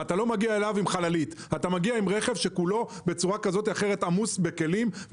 או עם חללית; אתה מגיע עם רכב שכולו עמוס בכלים.